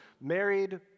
married